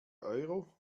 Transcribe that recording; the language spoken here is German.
euro